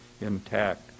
intact